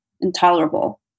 intolerable